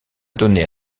donnait